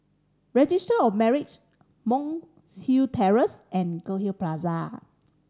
Registry of Marriage Monk's Hill Terrace and Goldhill Plaza